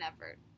effort